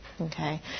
Okay